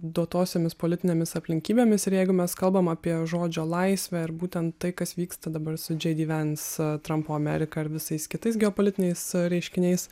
duotosiomis politinėmis aplinkybėmis ir jeigu mes kalbam apie žodžio laisvę ir būtent tai kas vyksta dabar su džei dy vens trampo amerika ir visais kitais geopolitiniais reiškiniais